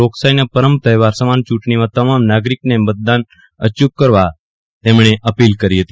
લોકશાહીના પરમ તહેવાર સમાન ચૂંટણીયાં તમામ નાગરિકને મતદાન અચૂક કરવા તેમણે અપીલ કરી હતી